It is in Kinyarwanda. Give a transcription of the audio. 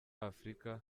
afurika